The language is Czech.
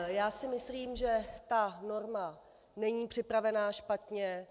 Já si myslím, že ta norma není připravena špatně.